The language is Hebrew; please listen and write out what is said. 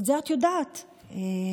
את זה את יודעת, היושבת-ראש.